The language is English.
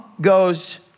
goes